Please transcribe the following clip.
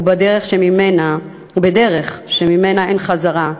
ובדרך שממנה אין חזרה,